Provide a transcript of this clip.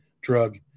drug